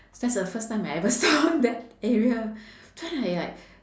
that's the first time I ever saw that area then I like